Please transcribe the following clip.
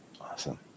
Awesome